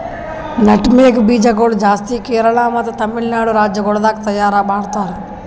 nutmeg ಬೀಜ ಗೊಳ್ ಜಾಸ್ತಿ ಕೇರಳ ಮತ್ತ ತಮಿಳುನಾಡು ರಾಜ್ಯ ಗೊಳ್ದಾಗ್ ತೈಯಾರ್ ಮಾಡ್ತಾರ್